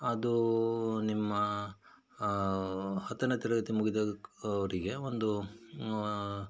ಅದು ನಿಮ್ಮ ಹತ್ತನೆ ತರಗತಿ ಮುಗಿದ ಅವರಿಗೆ ಒಂದು